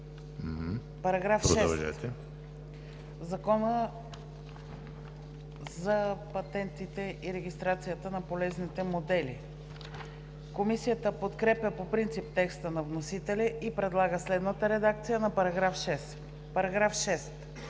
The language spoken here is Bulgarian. на чл. 3 от Закона за патентите и регистрацията на полезните модели.“ Комисията подкрепя по принцип текста на вносителя и предлага следната редакция за § 10: „§ 10. В Закона за